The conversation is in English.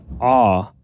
awe